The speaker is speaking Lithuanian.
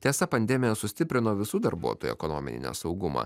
tiesa pandemija sustiprino visų darbuotojų ekonominį nesaugumą